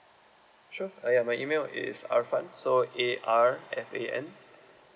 sure uh ya my email is arfan so A R F A N